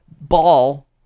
ball